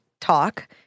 talk